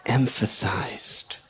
emphasized